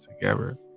together